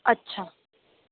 अच्छा